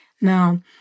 Now